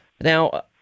Now